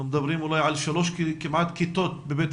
אנחנו מדברים על כמעט שלוש כיתות בבית